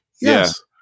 Yes